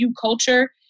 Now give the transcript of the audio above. culture